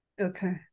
Okay